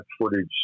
footage